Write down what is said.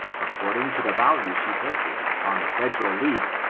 according to the value she places upon the federal league,